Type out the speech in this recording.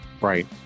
right